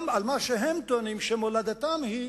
גם מה שהם טוענים שמולדתם היא,